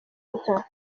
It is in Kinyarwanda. inka